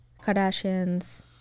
kardashians